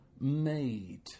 made